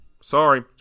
Sorry